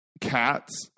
cats